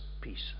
Peace